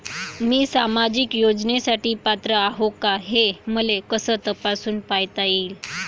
मी सामाजिक योजनेसाठी पात्र आहो का, हे मले कस तपासून पायता येईन?